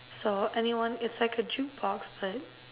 so anyone it's like a jukebox but